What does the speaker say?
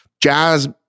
jazz